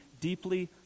deeply